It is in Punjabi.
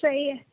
ਸਹੀ ਹੈ